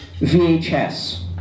VHS